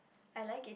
I like it